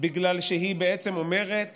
בגלל שהיא בעצם אומרת